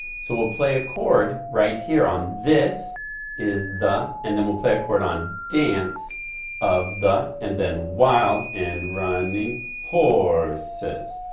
so we'll play a chord right here on this is the and then we'll play a chord on dance of the and then wild and running horses.